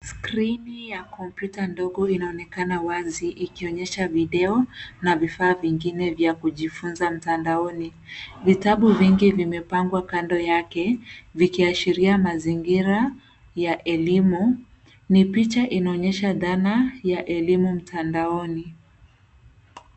Skrini ya kompyuta ndogo inaonekana wazi ikionyesha video na vifaa vingine vya kujifunza mtandaoni. Vitabu vingi vimepangwa kando yake, vikiashria mazingira ya elimu. Ni picha inayo onyesha dhana ya elimu mtandaoni.